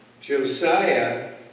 Josiah